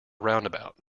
roundabout